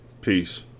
Peace